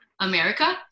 America